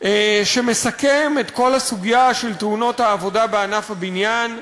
אשר מסכם את כל הסוגיה של תאונות העבודה בענף הבניין,